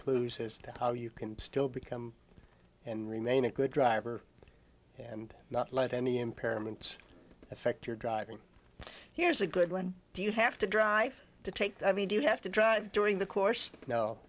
clues as to how you can still become and remain a good driver and not let any impairments affect your driving here's a good one do you have to drive to take i mean do you have to drive during the course